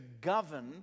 govern